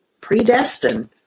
predestined